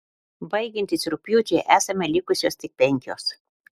baigiantis rugpjūčiui esame likusios tik penkios